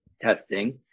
testing